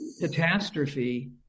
catastrophe